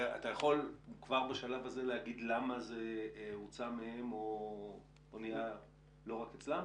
אתה יכול כבר בשלב הזה להגיד למה זה הוצא מהם או הוא נהיה לא רק אצלם?